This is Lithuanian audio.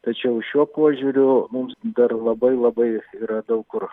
tačiau šiuo požiūriu mums dar labai labai yra daug kur